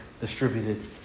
distributed